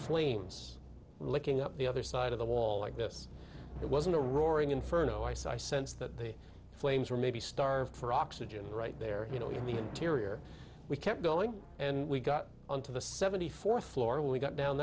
flames licking up the other side of the wall like this it wasn't a roaring inferno i sense that the flames were maybe starved for oxygen right there you know in the interior we kept going and we got on to the seventy fourth floor we got down